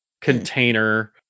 container